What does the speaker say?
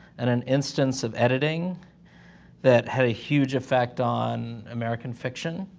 and an instance of editing that had a huge effect on american fiction,